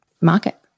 market